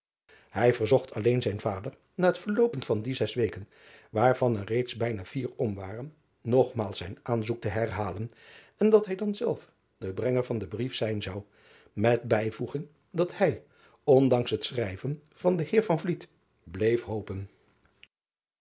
ij verzocht alleen zijn vader na het verloopen van die zes weken waarvan er reeds bijna vier om waren nogmaals zijn aanzoek te herhalen en dat hij dan zelf de brenger van dien brief zijn zou met bijvoeging dat hij ondanks het schrijven van den eer bleef hopen